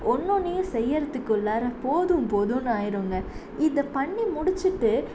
ஒன்னொன்றையும் செய்கிறதுக்குள்ளார போதும் போதும்ன்னு ஆயிடுங்க இதை பண்ணி முடித்துட்டு